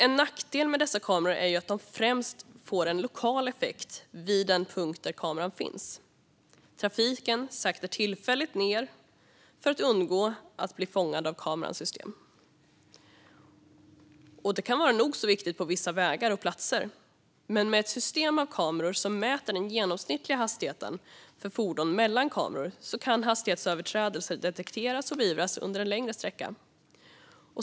En nackdel med dessa kameror är att de främst får en lokal effekt vid den punkt där kameran finns. Trafiken saktar tillfälligt ned för att undgå att bli fångad av kamerans system. Det kan vara nog så viktigt på vissa vägar och platser, men med ett system av kameror som mäter den genomsnittliga hastigheten för fordon mellan kameror kan hastighetsöverträdelser detekteras och beivras på en längre sträcka.